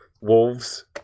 wolves